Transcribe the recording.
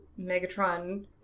Megatron